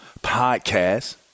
podcast